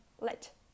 let